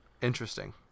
Interesting